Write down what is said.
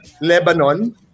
Lebanon